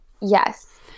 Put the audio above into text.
Yes